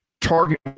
target